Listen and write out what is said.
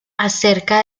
acerca